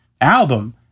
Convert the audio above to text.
album